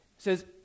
says